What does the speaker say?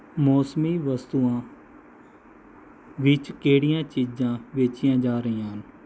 ਮੌਸਮੀ ਵਸਤੂਆਂ ਵਿੱਚ ਕਿਹੜੀਆਂ ਚੀਜ਼ਾਂ ਵੇਚੀਆਂ ਜਾ ਰਹੀਆਂ ਹਨ